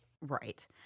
Right